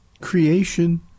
Creation